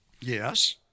Yes